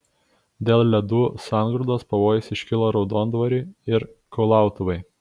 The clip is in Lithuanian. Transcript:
dėl ledų sangrūdų pavojus iškilo raudondvariui ir kulautuvai